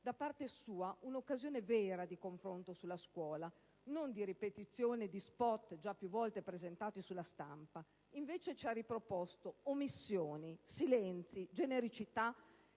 parlamentare, un'occasione vera di confronto sulla scuola e non di ripetizione di *spot* già più volte presentati sulla stampa. Lei, invece, ci ha riproposto omissioni, silenzi, genericità